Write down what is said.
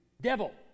devil